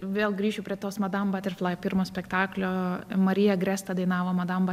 vėl grįšiu prie tos madam baterflai pirmo spektaklio marija gresta dainavo madam